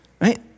right